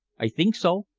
i think so.